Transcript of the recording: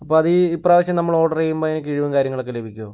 അപ്പം അതീ ഇപ്രാവശ്യം നമ്മൾ ഓർഡർ ചെയ്യുമ്പോൾ അതിന് കിഴിവും കാര്യങ്ങളൊക്കെ ലഭിക്കുമോ